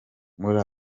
muri